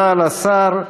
תודה לשר.